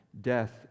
Death